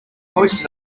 hoisted